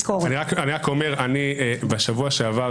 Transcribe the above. בשבוע שעבר